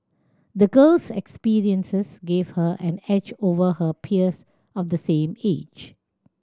the girl's experiences gave her an edge over her peers of the same age